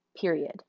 period